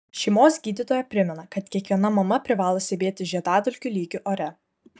šeimos gydytoja primena kad kiekviena mama privalo stebėti žiedadulkių lygį ore